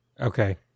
Okay